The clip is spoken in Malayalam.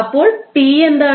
അപ്പോൾ ടി എന്താണ്